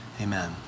Amen